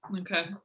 okay